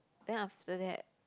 then after that